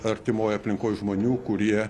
artimoj aplinkoj žmonių kurie